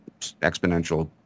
exponential